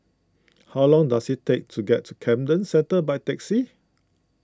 how long does it take to get to Camden Centre by taxi